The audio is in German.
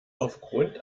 aufgrund